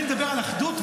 אני מדבר על אחדות,